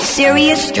serious